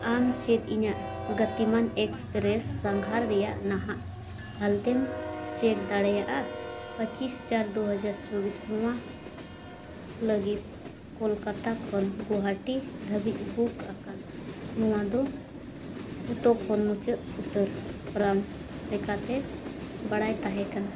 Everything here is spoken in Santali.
ᱟᱢ ᱪᱮᱫ ᱤᱧᱟᱹᱜ ᱜᱚᱛᱤᱢᱟᱱ ᱥᱟᱸᱜᱷᱟᱨ ᱨᱮᱭᱟᱜ ᱱᱟᱦᱟᱜ ᱦᱟᱞᱚᱛᱮᱢ ᱫᱟᱲᱮᱭᱟᱜᱼᱟ ᱯᱚᱪᱤᱥ ᱪᱟᱨ ᱫᱩ ᱦᱟᱡᱟᱨ ᱪᱚᱣᱵᱤᱥ ᱱᱚᱣᱟ ᱞᱟᱹᱜᱤᱫ ᱠᱳᱞᱠᱟᱛᱟ ᱠᱷᱚᱱ ᱜᱳᱦᱟᱴᱤ ᱫᱷᱟᱹᱵᱤᱡ ᱟᱠᱟᱱ ᱱᱚᱣᱟ ᱫᱚ ᱡᱚᱛᱚ ᱠᱷᱚᱱ ᱢᱩᱪᱟᱹᱫ ᱩᱛᱟᱹᱨ ᱯᱚᱨᱟᱢᱚᱨᱥ ᱞᱮᱠᱟᱛᱮ ᱵᱟᱲᱟᱭ ᱛᱟᱦᱮᱸ ᱠᱟᱱᱟ